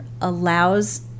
allows